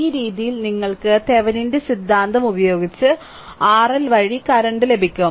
ഈ രീതിയിൽ നിങ്ങൾക്ക് തെവെനിന്റെ സിദ്ധാന്തം ഉപയോഗിച്ച് RL വഴി കറന്റ് ലഭിക്കും